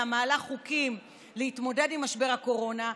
מעלה חוקים להתמודד עם משבר הקורונה,